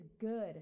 good